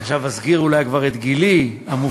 עכשיו אני אולי אסגיר את גילי המופלג,